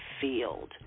field